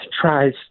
tries